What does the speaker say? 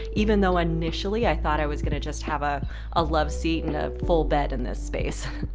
even though initially i thought i was going to just have ah a loveseat and a full bed in this space.